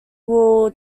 will